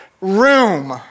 room